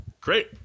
great